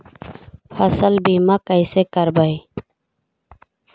फसल बीमा कैसे करबइ?